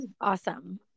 Awesome